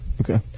Okay